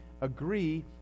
agree